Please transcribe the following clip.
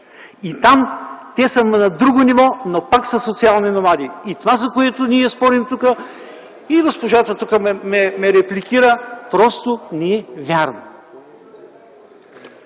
Там те са на друго ниво, но пак са социални номади. Това, за което ние спорим тук и госпожата ме репликира, просто не е вярно.